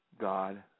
God